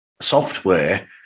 software